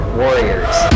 warriors